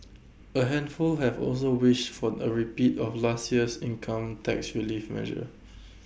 A handful have also wish for A repeat of last year's income tax relief measure